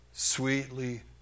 Sweetly